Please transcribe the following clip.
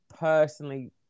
Personally